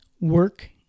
work